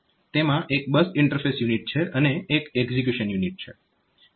તેમાં એક bus interface unit છે અને એક એક્ઝીક્યુશન યુનિટ છે